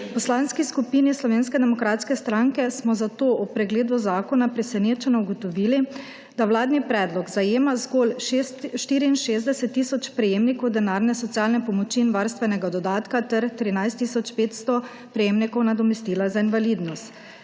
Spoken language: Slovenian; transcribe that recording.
Poslanski skupini Slovenske demokratske stranke smo zato ob pregledu zakona presenečeno ugotovili, da vladni predlog zajema zgolj 64 tisoč prejemnikov denarne socialne pomoči in varstvenega dodatka ter 13 tisoč 500 prejemnikov nadomestila za invalidnost.